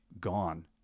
gone